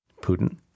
Putin